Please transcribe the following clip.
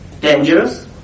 Dangerous